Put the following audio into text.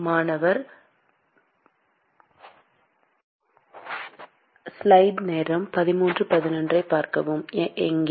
மாணவர் எங்கே